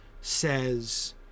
says